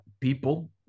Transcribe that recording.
people